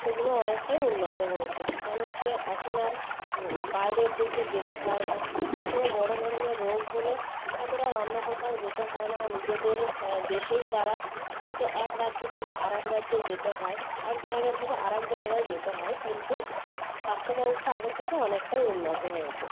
সেগুলো অনেকটাই উন্নত হয়েছে মানুষকে এখন আর বাইরের দেশে যেতে হয় না বা কোনো বড় ধরনের রোগ হলে তাদের আর অন্য কোথাও যেতে হয় না নিজেদের দেশেই তারা হয়তো এক রাজ্য থেকে আরেক রাজ্যে যেতে হয় এক জায়গা থেকে আর এক জায়গায় যেতে হয় কিন্তু স্বাস্থ্য ব্যবস্থা আগের থেকে অনেকটাই উন্নত হয়েছে